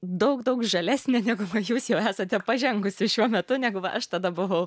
daug daug žalesnė negu jūs jau esate pažengusi šiuo metu negu aš tada buvau